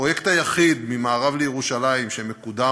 הפרויקט היחיד ממערב לירושלים שמקודם